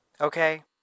okay